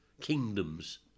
kingdoms